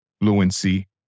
fluency